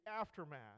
aftermath